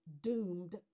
doomed